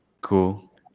Cool